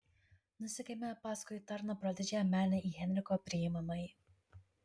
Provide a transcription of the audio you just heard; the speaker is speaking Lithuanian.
nusekėme paskui tarną pro didžiąją menę į henriko priimamąjį